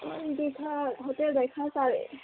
ꯑꯩꯗꯤ ꯈꯔ ꯍꯣꯇꯦꯜꯗꯒꯤ ꯈꯔ ꯆꯥꯔꯛꯑꯦ